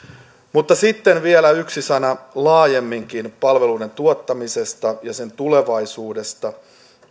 mutta sitten vielä yksi sana laajemminkin palveluiden tuottamisesta ja sen tulevaisuudesta kun